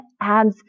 adds